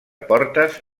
portes